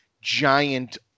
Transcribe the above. giant